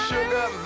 Sugar